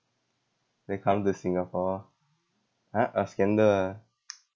they come to singapore ah uh scandal ah